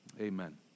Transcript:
amen